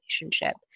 relationship